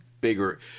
bigger